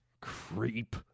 creep